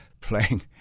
playing